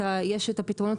תודה רבה.